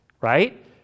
right